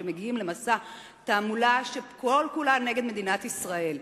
שהם מגיעים למסע תעמולה שכל כולה נגד מדינת ישראל.